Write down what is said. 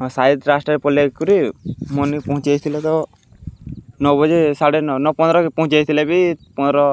ହଁ ସାଇଟ୍ ରାସ୍ତାରେ ପଲେଇ ଆଇକରି ମନିକେ ପହଞ୍ଚି ଆସିଥିଲେ ତ ନଅ ବଜେ ସାଢ଼େ ନ ପନ୍ଦ୍ର କେ ପହଞ୍ଚିଯାଇଥିଲେ ବି ପନ୍ଦ୍ର